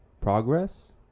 progress